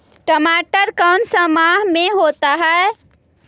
टमाटर कौन सा माह में होता है?